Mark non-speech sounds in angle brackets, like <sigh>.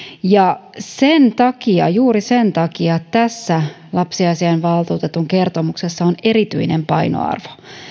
ja sen takia juuri sen takia <unintelligible> tällä lapsiasiainvaltuutetun kertomuksella on erityinen painoarvo